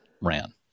ran